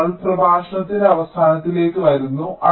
അതിനാൽ നമ്മൾ പ്രഭാഷണത്തിന്റെ അവസാനത്തിലേക്ക് വരുന്നു